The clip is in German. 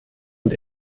und